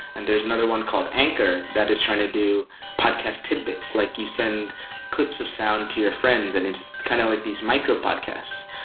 and there's no one called anchor that is trying to do podcast tidbits, like you send clips of sound to your friends and it's kind of like these micro podcasts.